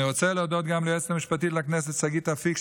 אני רוצה להודות גם ליועצת המשפטית לכנסת שגית אפיק,